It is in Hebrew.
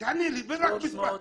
תענה לי, במספר.